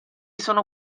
sono